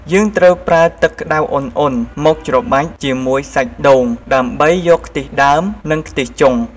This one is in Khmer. យើងត្រូវប្រើទឹកក្តៅអ៊ុនៗមកច្របាច់ជាមួយសាច់ដូង ដើម្បីយកខ្ទិះដើម និងខ្ទិះចុង។